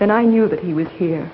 and i knew that he was here